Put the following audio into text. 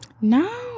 No